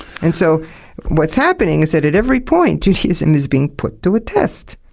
and so what's happening is that at every point judaism is being put to a test.